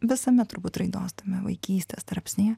visame turbūt raidos tame vaikystės tarpsnyje